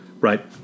right